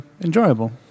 enjoyable